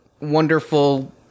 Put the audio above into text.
wonderful